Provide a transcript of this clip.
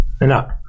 Enough